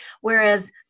Whereas